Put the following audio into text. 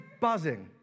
buzzing